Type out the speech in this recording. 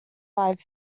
live